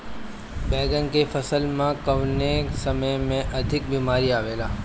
बैगन के फसल में कवने समय में अधिक बीमारी आवेला?